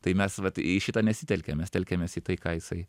tai mes vat į šitą nesitelkiam mes telkiamės į tai ką jisai